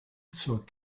zur